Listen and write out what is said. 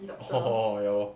orh ya lor